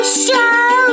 show